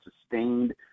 sustained